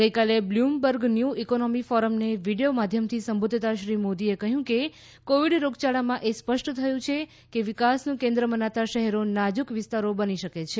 ગઇકાલે Bloomberg new economy ફોરમને video માધ્યમથી સંબોધતા શ્રી મોદીએ કહયું કે કોવિડ રોગયાળામાં એ સ્પષ્ટ થયું છે કે વિકાસનું કેન્દ્ર મનાતા શહેરો નાજક વિસ્તારો બની શકે છે